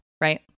right